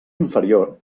inferior